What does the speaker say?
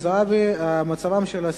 אנחנו ממשיכים בסדר-היום.